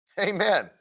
Amen